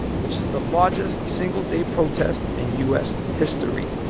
which is the largest single-day protest in u s. history.